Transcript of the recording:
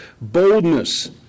boldness